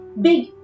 big